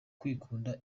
kwikunda